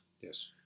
Yes